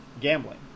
gambling